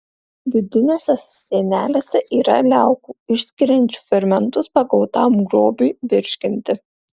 vidinėse sienelėse yra liaukų išskiriančių fermentus pagautam grobiui virškinti